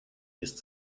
ist